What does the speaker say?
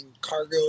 cargo